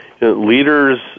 Leaders